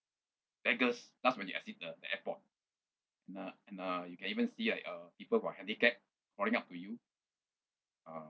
beggars that's when you exit the the airport and uh and uh you can even see like uh people who are handicapped crawling up to you uh